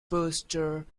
perform